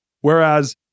Whereas